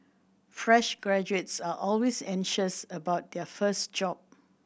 fresh graduates are always anxious about their first job